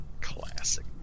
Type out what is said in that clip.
Classic